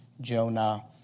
Jonah